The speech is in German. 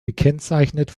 gekennzeichnet